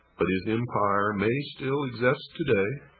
but his empire may still exist today,